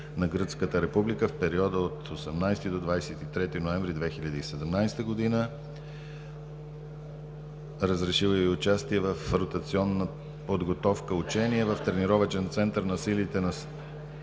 на гръцката република в периода от 18 до 23 ноември 2017 г. Разрешил е и участие в ротационна подготовка-учение в тренировъчен център на силите на САЩ Хохенфелс